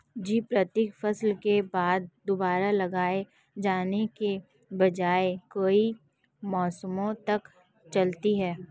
जो प्रत्येक फसल के बाद दोबारा लगाए जाने के बजाय कई मौसमों तक चलती है